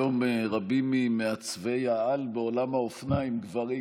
היום רבים ממעצבי-העל בעולם האופנה הם גברים,